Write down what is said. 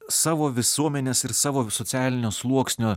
savo visuomenės ir savo socialinio sluoksnio